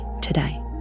today